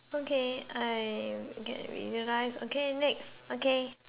okay I get visualize okay next okay